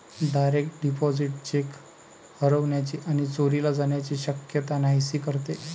direct deposit cheque हरवण्याची आणि चोरीला जाण्याची शक्यता नाहीशी करते